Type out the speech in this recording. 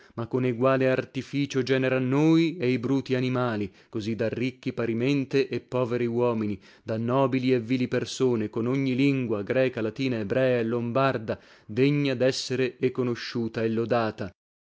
ma con eguale artificio genera noi e i bruti animali così da ricchi parimente e poveri uomini da nobili e vili persone con ogni lingua greca latina ebrea e lombarda degna dessere e conosciuta e lodata